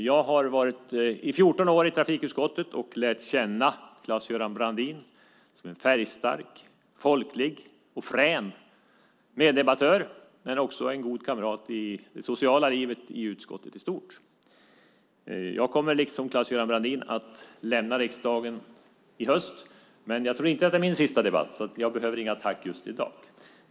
Jag har suttit i trafikutskottet i 14 år och lärt känna Claes-Göran Brandin som en färgstark, folklig och frän meddebattör, men också som en god kamrat i det sociala livet i utskottet i stort. Jag kommer, liksom Claes-Göran Brandin, att lämna riksdagen i höst. Men jag tror inte att det här är min sista debatt, så jag behöver inget tack just i dag.